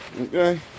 Okay